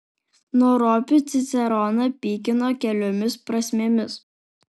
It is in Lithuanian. nuo ropių ciceroną pykino keliomis prasmėmis